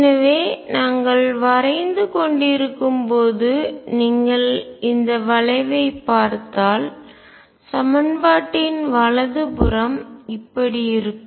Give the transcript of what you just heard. எனவே நாங்கள் வரைந்து கொண்டிருக்கும் போது நீங்கள் இந்த வளைவைப் பார்த்தால் சமன்பாட்டின் வலது புறம் இப்படி இருக்கும்